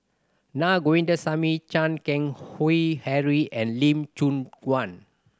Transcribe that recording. Na Govindasamy Chan Keng Howe Harry and Lee Choon Guan